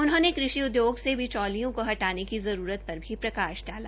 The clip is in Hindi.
उन्होंने कृषि से बिचौलियों को हटाने की जरूरत पर भी प्रकाश डाला